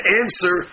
answer